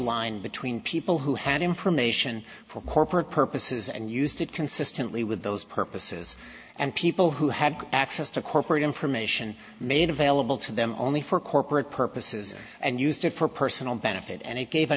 line between people who had information for corporate purposes and used it consistently with those purposes and people who had access to corporate information made available to them only for corporate purposes and used it for personal benefit and it gave a